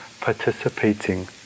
participating